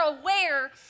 aware